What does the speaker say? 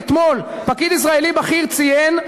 אתמול: פקיד ישראלי בכיר ציין,